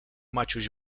maciuś